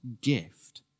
gift